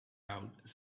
out